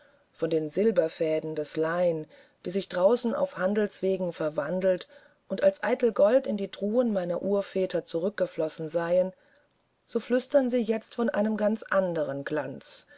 von den silberfäden des lein die sich draußen auf handelswegen verwandelt und als eitel gold in die truhen meiner urväter zurückgeflossen seien so flüstern sie jetzt von einem ganz anderen glanz